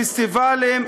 פסטיבלים,